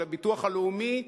של הביטוח הלאומי,